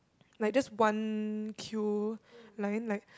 like just one queue lining like